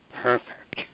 perfect